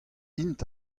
int